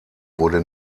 wurde